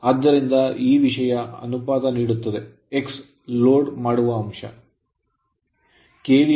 ಆದ್ದರಿಂದ ಈ ವಿಷಯ ಅನುಪಾತ ನೀಡುತ್ತದೆ x ಲೋಡ್ ಮಾಡುವ ಅಂಶ